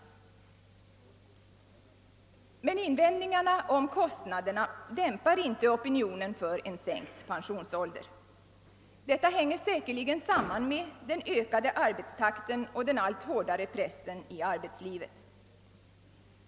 Men invändningarna om kostnaderna dämpar inte opinionen för en sänkt pensionsålder. Detta hänger säkerligen samman med den ökade arbetstakten och den allt hårdare pressen i arbetslivet.